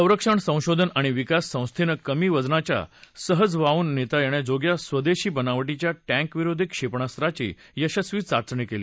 संरक्षण संशोधन आणि विकास संस्थेनं कमी वजनाच्या सहज वाहून नेता येण्याजोग्या स्वदक्षी बनावटीच्या टैंकविरोधी क्षेपणास्त्राची यशस्वी चाचणी केली